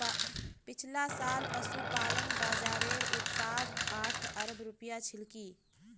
पिछला साल पशुपालन बाज़ारेर उत्पाद आठ अरब रूपया छिलकी